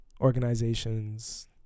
organizations